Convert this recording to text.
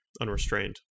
unrestrained